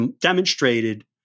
demonstrated